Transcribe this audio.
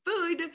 food